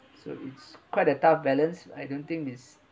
so it's quite a tough balance I don't think it's